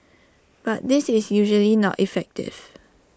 but this is usually not effective